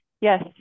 yes